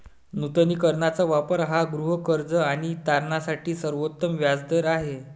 नूतनीकरणाचा वापर हा गृहकर्ज आणि तारणासाठी सर्वोत्तम व्याज दर आहे